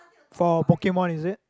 for Pokemon is it